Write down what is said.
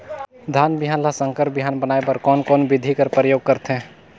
धान बिहान ल संकर बिहान बनाय बर कोन कोन बिधी कर प्रयोग करथे?